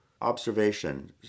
observation